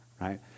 right